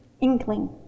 Inkling